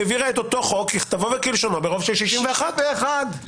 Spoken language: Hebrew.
העבירה את אותו חוק ככתבו וכלשונו ברוב של 61. זה בסדר,